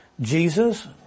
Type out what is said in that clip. Jesus